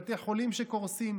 בבתי חולים שקורסים?